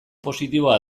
positiboa